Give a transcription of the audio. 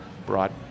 brought